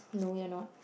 no your not